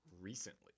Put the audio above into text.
recently